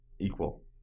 equal